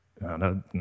No